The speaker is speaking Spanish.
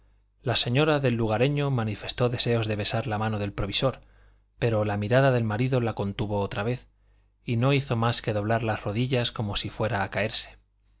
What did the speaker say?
la señora del lugareño manifestó deseos de besar la mano del provisor pero la mirada del marido la contuvo otra vez y no hizo más que doblar las rodillas como si fuera a caerse